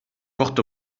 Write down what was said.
port